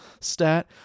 stat